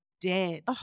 dead